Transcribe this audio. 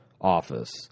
office